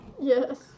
Yes